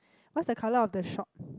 what's the colour of the shop